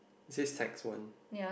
says text one